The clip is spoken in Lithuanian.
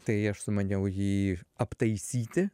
tai aš sumaniau jį aptaisyti